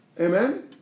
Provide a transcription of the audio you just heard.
Amen